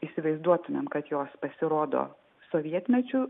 įsivaizduotumėm kad jos pasirodo sovietmečiu